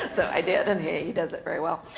so i did, and he does it very well.